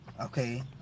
okay